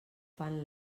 fan